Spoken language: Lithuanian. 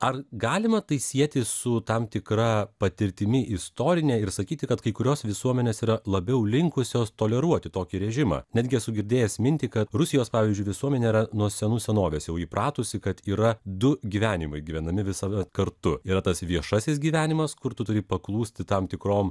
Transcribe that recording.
ar galima tai sieti su tam tikra patirtimi istorine ir sakyti kad kai kurios visuomenės yra labiau linkusios toleruoti tokį režimą netgi esu girdėjęs mintį kad rusijos pavyzdžiui visuomenė yra nuo senų senovės jau įpratusi kad yra du gyvenimai gyvenami visada kartu yra tas viešasis gyvenimas kur tu turi paklūsti tam tikrom